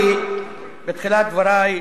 אמרתי בתחילת דברי,